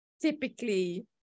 Typically